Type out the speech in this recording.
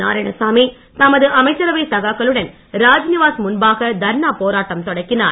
நாராயணசாமி தமது அமைச்சரவை சகாக்களுடன் ராஜ்நிவாஸ் முன்பாக தர்ணா போராட்டம் தொடக்கினார்